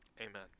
Amen